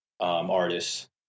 artists